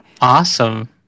Awesome